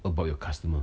about your customer